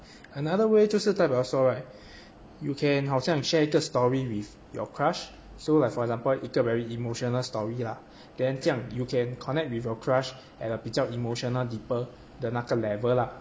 another way 就是代表说 right you can 好像 share 一个 story with your crush so like for example 一个 very emotional story lah then 这样 you can connect with your crush at a 比较 emotional deeper 的那个 level lah